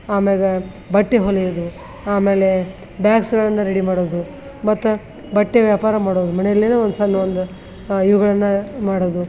ಆಮೇಗೆ ಬಟ್ಟೆ ಹೊಲಿಯೋದು ಆಮೇಲೆ ಬ್ಯಾಗ್ಸ್ಗಳನ್ನು ರೆಡಿ ಮಾಡೋದು ಮತ್ತ ಬಟ್ಟೆ ವ್ಯಾಪಾರ ಮಾಡೋದು ಮನೆಯಲ್ಲಿನು ಒಂದು ಸಣ್ ಒಂದು ಇವುಗಳನ್ನು ಮಾಡೋದು